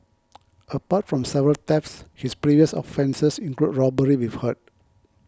apart from several thefts his previous offences include robbery with hurt